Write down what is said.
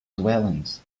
dwellings